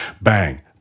bang